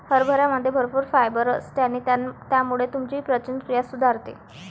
हरभऱ्यामध्ये भरपूर फायबर असते आणि त्यामुळे तुमची पचनक्रिया सुधारते